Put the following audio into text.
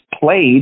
played